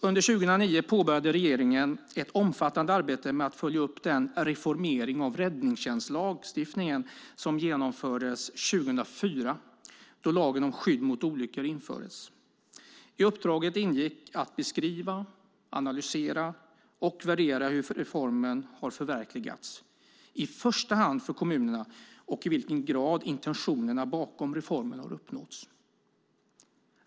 Under 2009 påbörjade regeringen ett omfattande arbete med att följa upp den reformering av räddningstjänstlagstiftningen som genomfördes 2004, då lagen om skydd mot olyckor infördes. I uppdraget ingick att beskriva, analysera och värdera hur reformen har förverkligats, i första hand för kommunerna, och ange i vilken grad intentionerna bakom reformen har uppnåtts.